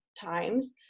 times